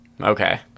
okay